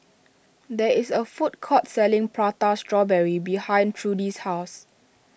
there is a food court selling Prata Strawberry behind Trudy's house